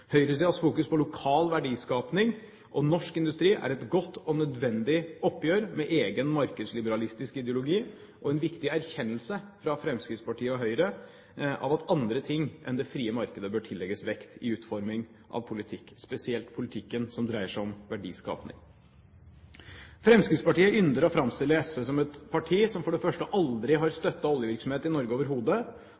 fokus på lokal verdiskapning og norsk industri er et godt og nødvendig oppgjør med egen markedsliberalistisk ideologi, og det er en viktig erkjennelse fra Fremskrittspartiet og Høyre av at andre ting enn det frie markedet bør tillegges vekt i utforming av politikk, spesielt politikken som dreier seg om verdiskapning. Fremskrittspartiet ynder å framstille SV som et parti som for det første aldri har